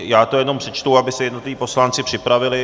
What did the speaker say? Já to jenom přečtu, aby se jednotliví poslanci připravili.